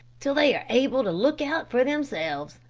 till they are able to look out for themselves.